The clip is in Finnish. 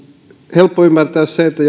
helppo ymmärtää se että